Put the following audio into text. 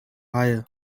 hire